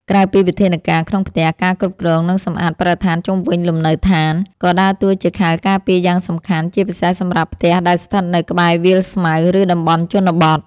ក្រៅពីវិធានការក្នុងផ្ទះ ការគ្រប់គ្រង និងសម្អាតបរិស្ថានជុំវិញលំនៅដ្ឋាន ក៏ដើរតួជាខែលការពារយ៉ាងសំខាន់ ជាពិសេសសម្រាប់ផ្ទះដែលស្ថិតនៅក្បែរវាលស្មៅ ឬតំបន់ជនបទ។